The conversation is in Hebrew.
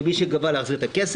ומי שגבה להחזיר את הכסף,